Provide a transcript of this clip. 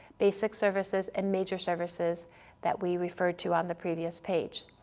basic services and major services that we referred to on the previous page.